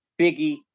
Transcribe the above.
Biggie